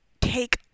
take